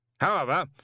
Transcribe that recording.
However